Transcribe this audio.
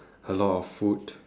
a lot of food